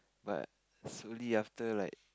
but slowly after like